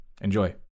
Enjoy